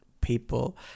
people